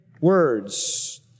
words